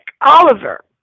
Oliver